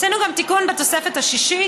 עשינו גם תיקון בתוספת השישית.